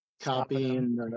copying